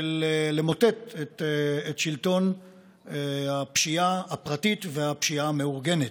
ולמוטט את שלטון הפשיעה הפרטית והפשיעה המאורגנת.